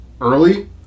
early